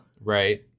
Right